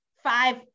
five